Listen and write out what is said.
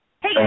Hey